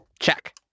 Check